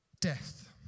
death